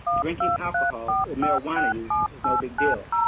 drinking alcohol, or marijuana use is no big deal,